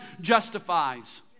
justifies